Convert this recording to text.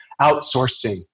outsourcing